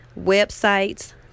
websites